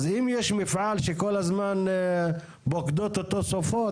אז אם יש סופה שכל הזמן פוקדות אותו סופות,